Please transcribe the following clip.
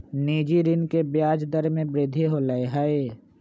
निजी ऋण के ब्याज दर में वृद्धि होलय है